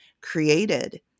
created